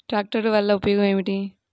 ట్రాక్టర్లు వల్లన ఉపయోగం ఏమిటీ?